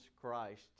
Christ